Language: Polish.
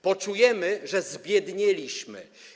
Poczujemy, że zbiednieliśmy.